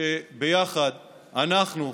שביחד אנחנו,